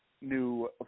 new